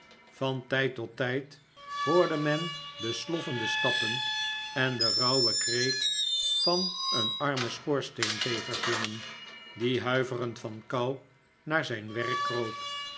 van tijd tot tijd hoorde men de sloffende stappen en den rauwen kreet van een armen schoorsteenvegersjongen die huiverend van kou naar zijn werk kroop